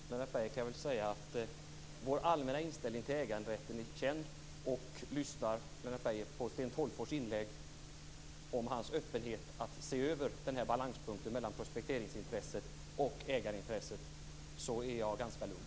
Fru talman! Till Lennart Beijer kan jag säga att vår allmänna inställning till äganderätten är känd. Lyssnade Lennart Beijer på Sten Tolgfors inlägg om öppenhet inför att se över balanspunkten mellan prospekteringsintresset och ägarintresset är jag ganska lugn.